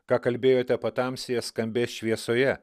ką kalbėjote patamsyje skambės šviesoje